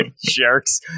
jerks